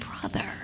brother